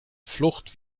flucht